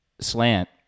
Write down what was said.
slant